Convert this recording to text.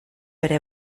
ere